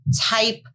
type